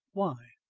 why?